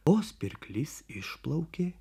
vos pirklys išplaukė